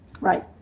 Right